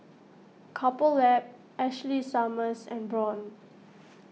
Couple Lab Ashley Summers and Braun